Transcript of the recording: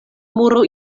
muro